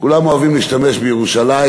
כולם אוהבים להשתמש בירושלים.